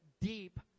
deep